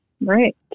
Right